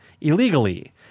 illegally